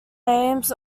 names